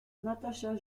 natasha